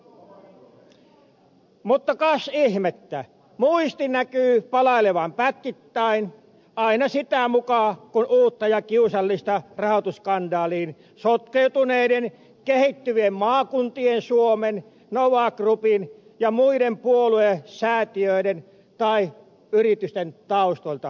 mutta kas ihmettä muisti näkyy palailevan pätkittäin aina sitä mukaa kun uutta ja kiusallista rahoitusskandaaliin sotkeutuneiden kehittyvien maakuntien suomen nova groupin ja muiden puoluesäätiöiden tai yritysten taustoilta paljastuu